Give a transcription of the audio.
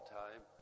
time